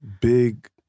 big